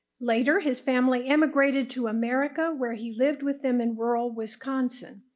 later, his family immigrated to america where he lived with them in rural wisconsin.